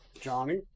Johnny